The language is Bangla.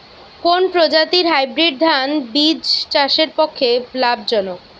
কোন প্রজাতীর হাইব্রিড ধান বীজ চাষের পক্ষে লাভজনক?